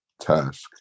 task